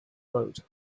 road